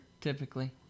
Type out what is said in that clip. typically